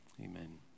Amen